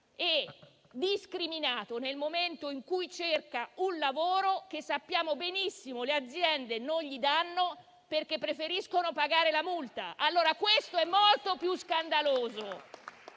e discriminato nel momento in cui cerca un lavoro, che - lo sappiamo benissimo - le aziende non gli danno, perché preferiscono pagare la multa. Questo è molto più scandaloso,